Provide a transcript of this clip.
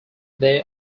they